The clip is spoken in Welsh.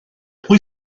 pwy